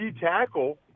tackle